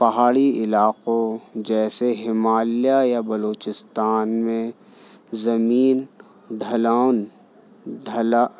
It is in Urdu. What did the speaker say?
پہاڑی علاقوں جیسے ہمالیہ یا بلوچستان میں زمین ڈھلان ڈھلان